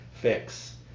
fix